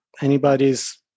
anybody's